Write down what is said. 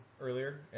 earlier